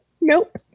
Nope